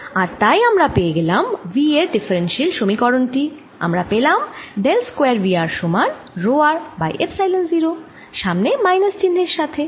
আর তাই আমরা পেয়ে গেলাম V এর ডিফারেন্সিয়াল সমীকরণ টি আমরা পেলাম ডেল স্কয়ার V r সমান রো r বাই এপসাইলন 0 সামনে মাইনাস চিহ্নের সাথে